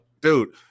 Dude